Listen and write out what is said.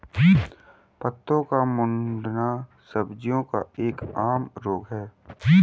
पत्तों का मुड़ना सब्जियों का एक आम रोग है